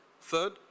Third